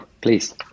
please